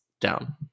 down